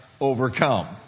overcome